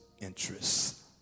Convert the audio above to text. interests